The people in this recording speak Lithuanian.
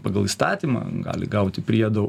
pagal įstatymą gali gauti priedų